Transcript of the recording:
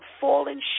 falling